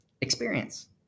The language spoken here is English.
experience